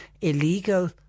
illegal